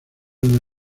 una